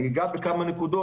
המטרה